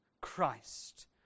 Christ